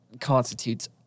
constitutes